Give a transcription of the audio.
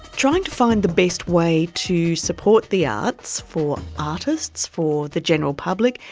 trying to find the best way to support the arts for artists, for the general public,